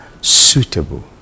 suitable